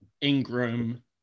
Ingram